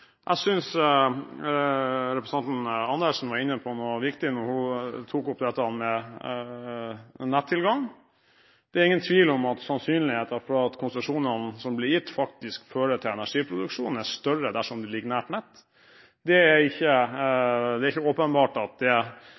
Jeg synes representanten Andersen var inne på noe viktig da hun tok opp dette med nettilgang. Det er ingen tvil om at sannsynligheten for at konsesjonene som blir gitt, som faktisk fører til energiproduksjon, er større dersom det ligger nært nett. Det er ikke åpenbart at det i dag – som f.eks. er